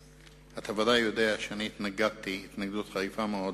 אתה ודאי יודע שהתנגדתי התנגדות חריפה מאוד